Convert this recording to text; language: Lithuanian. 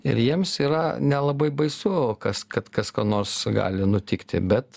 ir jiems yra nelabai baisu kas kad kas kam nors gali nutikti bet